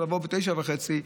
או ב-09:30,